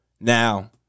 Now